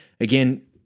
Again